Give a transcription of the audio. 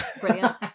Brilliant